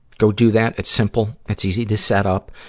go do that. it's simple. it's easy to set up.